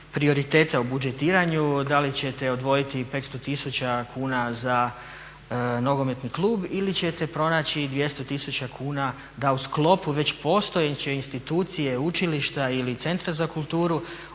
prioriteta u budžetiranju da li ćete odvojiti 500 tisuća kuna za nogometni klub ili ćete pronaći 200 tisuća kuna da u sklopu već postojeće institucije, učilišta ili Centra za kulturu